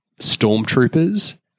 stormtroopers